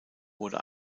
wurde